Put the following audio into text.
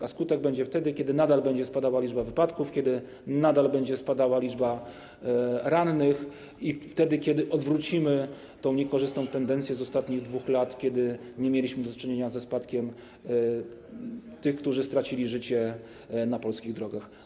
A skutek będzie wtedy, kiedy nadal będzie spadała liczba wypadków, kiedy nadal będzie spadała liczba rannych i wtedy, kiedy odwrócimy tę niekorzystną tendencję z ostatnich 2 lat, kiedy nie mieliśmy do czynienia ze spadkiem liczby tych, którzy stracili życie na polskich drogach.